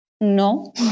no